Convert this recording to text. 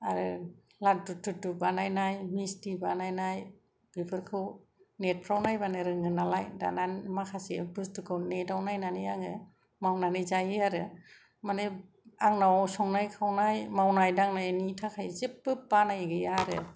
आरो लादु थुददु बानायनाय मिसथि बानायनाय बेफोरखौ नेट फ्राव नायबानो रोङो नालाय दाना माखासे बुसथुखौ नेट आव नायनानै आङो मावनानै जायो आरो मानि संनाय खावनाय मावनाय दांनायनि थाखाय जेबो बानाय गैया आरो